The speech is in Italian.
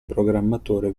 programmatore